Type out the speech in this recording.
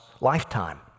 lifetime